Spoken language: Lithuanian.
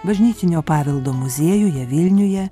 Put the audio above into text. bažnytinio paveldo muziejuje vilniuje